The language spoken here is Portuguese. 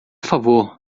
favor